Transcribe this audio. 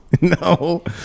No